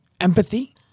empathy